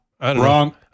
wrong